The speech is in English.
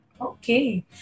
Okay